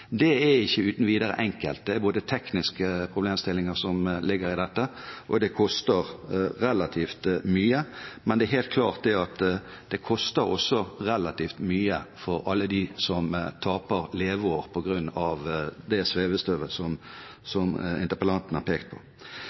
Det er ikke uten videre enkelt. Det er både tekniske problemstillinger som ligger i dette, og det koster relativt mye. Men det er helt klart at det også koster relativt mye for alle dem som taper leveår på grunn av det svevestøvet som interpellanten pekte på.